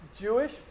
Jewish